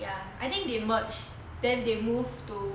ya I think they merge then they move to